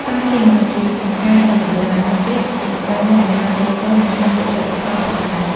FarmLink ក៏ជាចម្ការដ៏ល្បីល្បាញមួយទៀត ដែលផ្តល់នូវដំណើរទេសចរណ៍ និងហាងលក់ផលិតផលផងដែរ ។